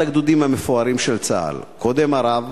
הגדודים המפוארים של צה"ל: קודם הרב,